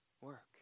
work